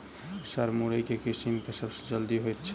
Sir मुरई केँ किसिम केँ सबसँ जल्दी होइ छै?